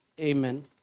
amen